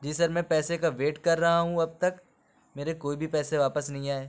جی sir میں پیسے کا ویٹ کر رہا ہوں اب تک میرے کوئی بھی پیسے واپس نہیں آئے